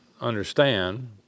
understand